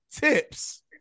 tips